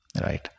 right